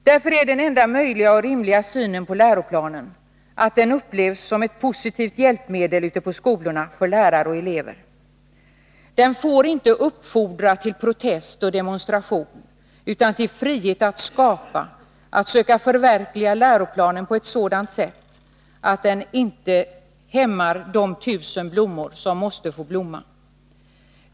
Därför är den enda möjliga och rimliga synen på läroplanen att den ute på skolorna upplevs som ett positivt hjälpmedel för lärare och elever. Den får inte uppfordra till protest och demonstration, utan till frihet att skapa och att söka förverkliga läroplanen på ett sådant sätt att den inte hämmar de tusen blommor som måste få blomma.